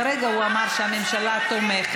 כרגע הוא אמר שהממשלה תומכת.